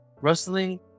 rustling